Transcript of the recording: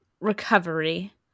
recovery